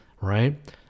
right